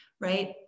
right